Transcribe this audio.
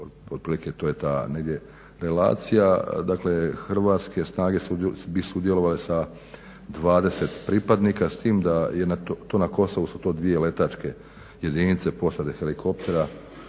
otprilike to je ta negdje relacija, dakle hrvatske snage bi sudjelovale sa 20 pripadnika, s tim da je to na Kosovu su to dvije letačke jedinice posade helikoptera,